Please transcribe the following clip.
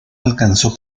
alcanzó